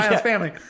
family